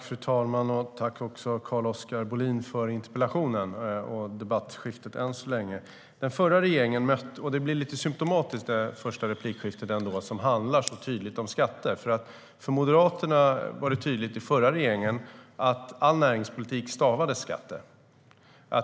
Fru talman! Tack, Carl-Oskar Bohlin, för interpellationen och inläggen i debatten än så länge. De första anförandena som handlar så tydligt om skatter blir ändå lite symtomatiska. För Moderaterna var det tydligt i förra regeringen att all näringspolitik stavades skatter.